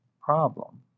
problem